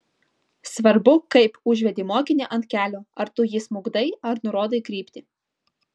svarbu kaip užvedi mokinį ant kelio ar tu jį smukdai ar nurodai kryptį